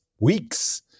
weeks